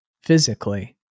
physically